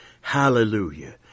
Hallelujah